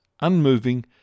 unmoving